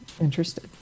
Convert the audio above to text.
interested